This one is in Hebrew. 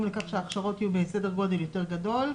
לכך שההכשרות יהיו בסדר גודל יותר גדול,